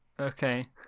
Okay